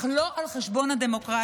אך לא על חשבון הדמוקרטיה.